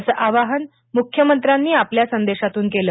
असं आवाहन मुख्यमंत्र्यांनी आपल्या संदेशातून केलं